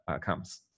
comes